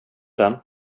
den